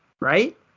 right